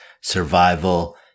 survival